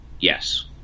yes